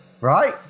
right